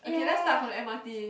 okay let's start from the m_r_t